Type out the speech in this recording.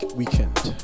weekend